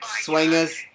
Swingers